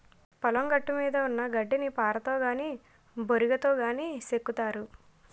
పొలం గట్టుమీద గడ్డిని పారతో గాని బోరిగాతో గాని సెక్కుతారు